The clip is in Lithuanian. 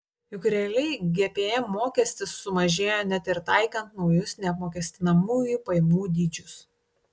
juk realiai gpm mokestis sumažėjo net ir taikant naujus neapmokestinamųjų pajamų dydžius